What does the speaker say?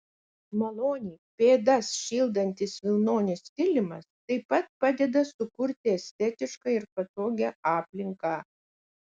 maloniai pėdas šildantis vilnonis kilimas taip pat padeda sukurti estetišką ir patogią aplinką